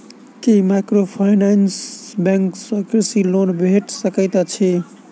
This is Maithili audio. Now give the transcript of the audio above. की माइक्रोफाइनेंस बैंक सँ कृषि लोन भेटि सकैत अछि?